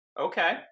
Okay